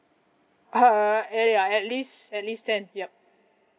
ugh uh ya at least at least ten yup